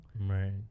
right